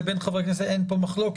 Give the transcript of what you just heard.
לבין חברי הכנסת אין מחלוקת.